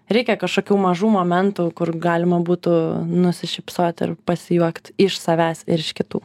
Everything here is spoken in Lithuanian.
reikia kažkokių mažų momentų kur galima būtų nusišypsot ir pasijuokt iš savęs ir iš kitų